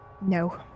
No